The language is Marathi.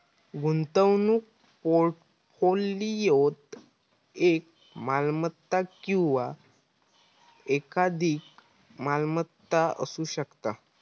गुंतवणूक पोर्टफोलिओत एक मालमत्ता किंवा एकाधिक मालमत्ता असू शकता